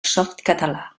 softcatalà